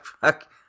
fuck